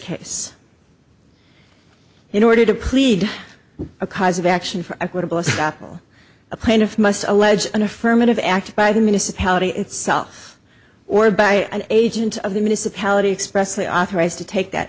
case in order to plead a cause of action for equitable snapple a plaintiff must allege an affirmative act by the municipality itself or by agent of the municipality expressly authorized to take that